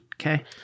Okay